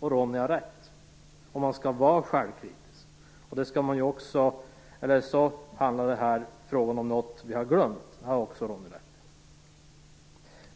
Ronny Korsberg har rätt, om man skall vara självkritisk - och det skall man ju. Eller också handlar den här frågan om något vi har glömt - det har Ronny Korsberg också